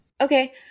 Okay